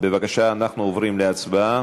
בבקשה, אנחנו עוברים להצבעה.